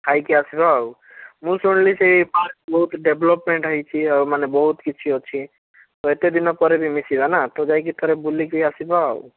ଖାଇକି ଆସିବା ଆଉ ମୁଁ ଶୁଣିଲି ସେଇ ପାର୍କ ବହୁତ ଡେଭଲପମେଣ୍ଟ ହେଇଛି ଆଉ ମାନେ ବହୁତ କିଛି ଅଛି ତ ଏତେ ଦିନ ପରେ ବି ମିଶିବା ନା ତ ଯାଇକି ଥରେ ବୁଲିକି ଆସିବା ଆଉ